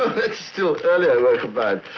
that's still earlier work of